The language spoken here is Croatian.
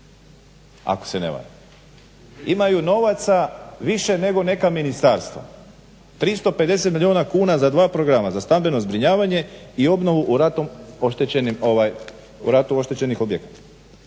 ako se ne varam. Imaju novaca više nego neka ministarstva, 350 milijuna kuna za dva programa, za stambeno zbrinjavanje i obnovu u ratom oštenih objekata.